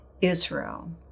Israel